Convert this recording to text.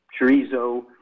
chorizo